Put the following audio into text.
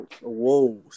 Whoa